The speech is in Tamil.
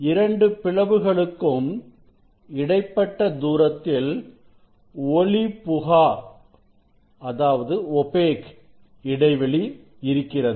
இரண்டு பிளவுகளுக்கும் இடைப்பட்ட தூரத்தில் ஒளிபுகா இடைவெளி இருக்கிறது